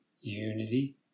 unity